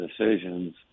decisions